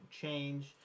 change